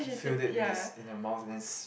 feel it in this in your month this